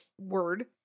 Word